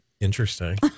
Interesting